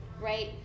right